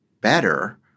better